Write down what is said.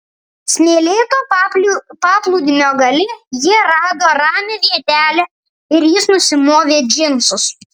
smėlėto paplūdimio gale jie rado ramią vietelę ir jis nusimovė džinsus